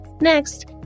Next